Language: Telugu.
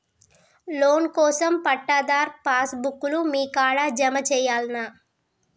లోన్ కోసం పట్టాదారు పాస్ బుక్కు లు మీ కాడా జమ చేయల్నా?